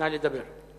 נא לדבר.